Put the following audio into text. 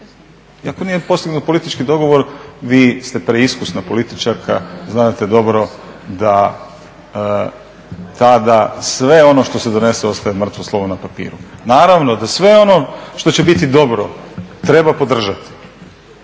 ako nije postignut politički dogovor, vi ste preiskusna političarka znate dobro, da tada sve ono što se donese ostaje mrtvo slovo na papiru. Naravno da sve ono što će biti dobro treba podržati,